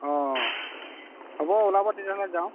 অঁ অঁ হ'ব ওলাব তেতিয়াহ'লে যাওঁ